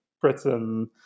Britain